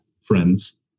friends